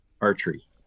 archery